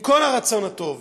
עם כל הרצון הטוב,